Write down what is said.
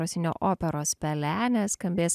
rosinio operos pelenė skambės